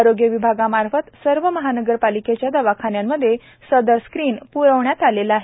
आरोगय विभागामार्फत सर्व महानगरपालिकेच्या दवाखान्यामध्ये सदर स्क्रिन पुरविण्यात आलेली आहे